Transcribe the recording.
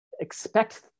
Expect